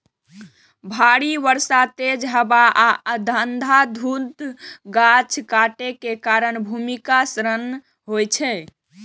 भारी बर्षा, तेज हवा आ अंधाधुंध गाछ काटै के कारण भूमिक क्षरण होइ छै